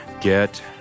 get